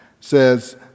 says